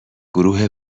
گروه